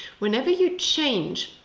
whenever you change,